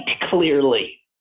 clearly